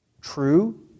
true